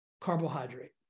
carbohydrate